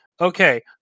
Okay